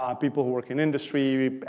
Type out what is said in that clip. um people who work in industry,